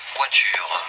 voiture